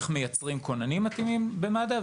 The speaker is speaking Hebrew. איך מייצרים כוננים מתאימים במד"א,